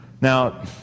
Now